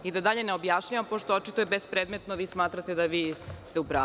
I da dalje ne objašnjavam, pošto očito je bez predmetno vi smatrate da vi ste u pravu.